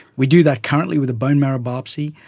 we do that currently with a bone marrow biopsy,